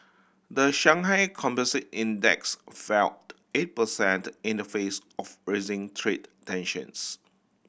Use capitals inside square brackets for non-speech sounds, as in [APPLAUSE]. the Shanghai Composite Index fell [NOISE] eight percent in the face of raising trade tensions